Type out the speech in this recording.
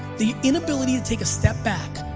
the inability to take a step back,